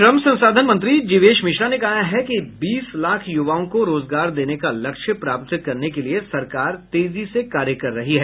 श्रम संसाधन मंत्री जीवेश मिश्रा ने कहा है कि बीस लाख युवाओं को रोजगार देने का लक्ष्य प्राप्त करने के लिये सरकार तेजी से कार्य कर रही है